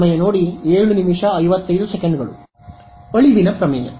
ಅಳಿವಿನ ಪ್ರಮೇಯ